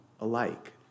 alike